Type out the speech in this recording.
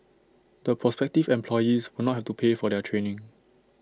the prospective employees will not have to pay for their training